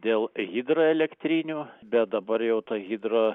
dėl hidroelektrinių bet dabar jau ta hidro